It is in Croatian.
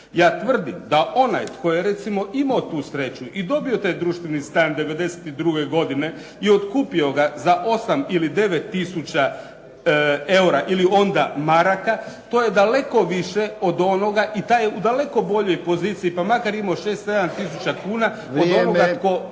Ja tvrdim da onaj tko je recimo imao tu sreću i dobio taj društveni stan '92. godine i otkupio ga za 8 ili 9 tisuća eura ili onda maraka, to je daleko više od onoga i taj je u daleko boljoj poziciji, pa makar imao 6, 7 tisuća kuna od ovoga tko